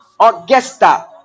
Augusta